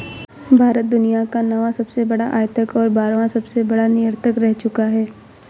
भारत दुनिया का नौवां सबसे बड़ा आयातक और बारहवां सबसे बड़ा निर्यातक रह चूका है